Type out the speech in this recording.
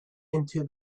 into